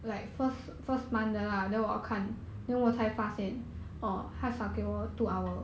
mm